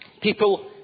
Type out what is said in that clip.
people